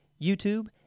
YouTube